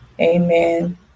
Amen